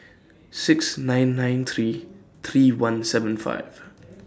six nine nine three three one seven five